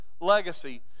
legacy